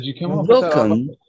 Welcome